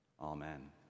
Amen